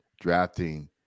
drafting –